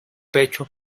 pecho